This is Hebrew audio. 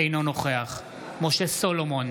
אינו נוכח משה סולומון,